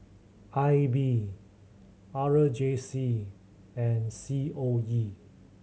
I B R J C and C O E